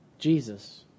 jesus